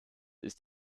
ist